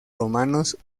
romanos